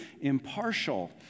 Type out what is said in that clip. impartial